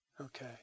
Okay